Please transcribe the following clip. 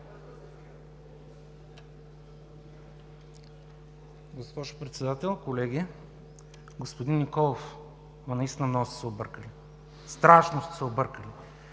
Господин Николов, ама наистина много сте се объркали, страшно сте се объркали.